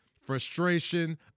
frustration